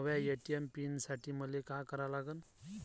नव्या ATM pin साठी मले का करा लागन?